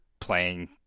playing